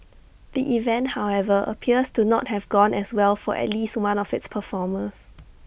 the event however appears to not have gone as well for at least one of its performers